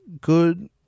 good